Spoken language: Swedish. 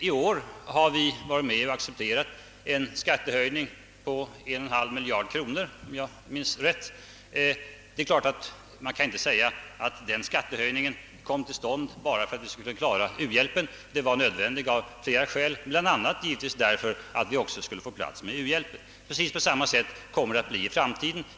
I år har vi varit med om att acceptera en skattehöjning på 1,5 miljard kronor, om jag minns rätt. Det är klart att man inte kan säga att denna skattehöjning kommit till stånd enbart för att vi skall klara u-hjälpen. Den var nödvändig av flera skäl, bl.a. därför att vi också skall få plats för u-hjälpen. Precis på samma sätt kommer det att bli i framtiden.